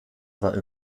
war